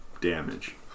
damage